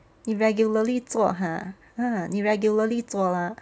你 regularly 做 !huh! !huh! 你 regularly 做 lah